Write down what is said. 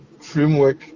framework